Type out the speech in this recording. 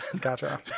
Gotcha